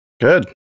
good